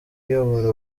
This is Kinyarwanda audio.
iyobora